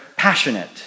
passionate